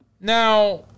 Now